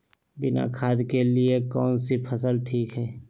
बिना खाद के लिए कौन सी फसल ठीक है?